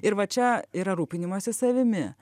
ir va čia yra rūpinimasis savimi